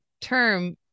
term